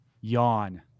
Yawn